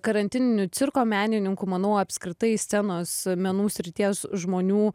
karantininiu cirko menininku manau apskritai scenos menų srities žmonių